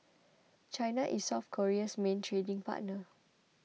China is South Korea's main trading partner